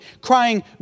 crying